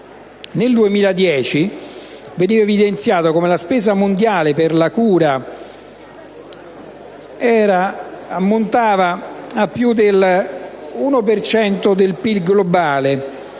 Nel 2010 veniva evidenziato come la spesa mondiale per la cura ammontasse a più dell'1 per cento del PIL globale